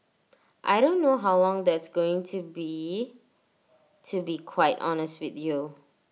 I don't know how long that's going to be to be quite honest with you